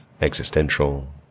existential